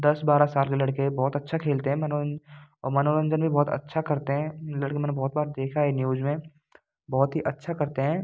दस बारह साल के लड़के बहुत अच्छा खेलते हैं मनोन औ मनोरंजन भी बहुत अच्छा करते हैं लड़के मैंने बहुत बार देखा है न्यूज में बहुत ही अच्छा करते हैं